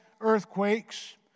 earthquakes